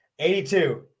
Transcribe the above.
82